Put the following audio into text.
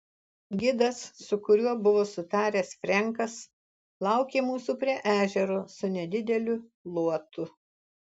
gidas su kuriuo buvo sutaręs frenkas laukė mūsų prie ežero su nedideliu luotu